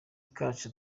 kacu